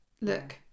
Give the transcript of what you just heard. Look